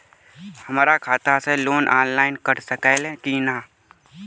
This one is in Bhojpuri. हमरा खाता से लोन ऑनलाइन कट सकले कि न?